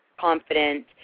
Confident